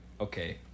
Okay